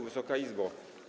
Wysoka Izbo!